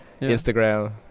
Instagram